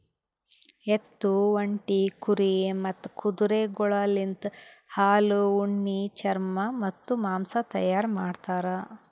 ಎತ್ತು, ಒಂಟಿ, ಕುರಿ ಮತ್ತ್ ಕುದುರೆಗೊಳಲಿಂತ್ ಹಾಲು, ಉಣ್ಣಿ, ಚರ್ಮ ಮತ್ತ್ ಮಾಂಸ ತೈಯಾರ್ ಮಾಡ್ತಾರ್